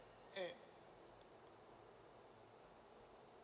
mm